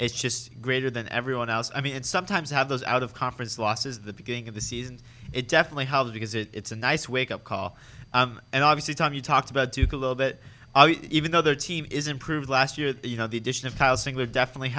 is just greater than everyone else i mean and sometimes have those out of conference losses the beginning of the season it definitely helps because it's a nice wake up call and obviously time you talked about to go a little bit even though their team is improved last year you know the addition of housing would definitely